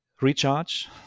recharge